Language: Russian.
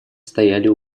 стояли